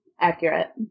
Accurate